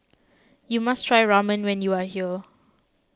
you must try Ramen when you are here